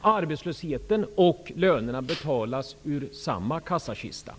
Arbetslösheten och lönerna betalas ur samma kassakista,